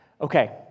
okay